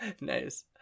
Nice